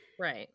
Right